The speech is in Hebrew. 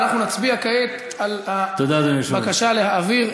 תודה, אדוני היושב-ראש.